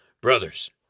Brothers